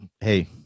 hey